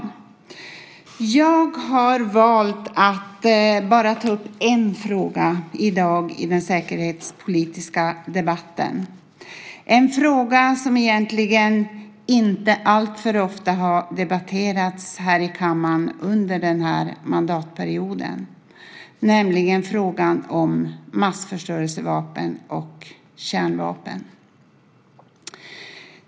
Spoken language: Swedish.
Jag har valt att endast ta upp en fråga i den säkerhetspolitiska debatten i dag. Det är en fråga som under den här mandatperioden inte alltför ofta debatterats i kammaren, nämligen den om massförstörelsevapen och kärnvapen.